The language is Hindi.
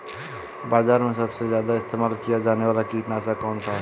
बाज़ार में सबसे ज़्यादा इस्तेमाल किया जाने वाला कीटनाशक कौनसा है?